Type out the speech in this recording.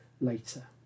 later